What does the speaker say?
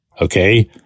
okay